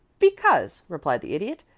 because, replied the idiot,